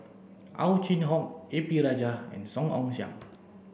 Ow Chin Hock A P Rajah and Song Ong Siang